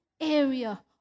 area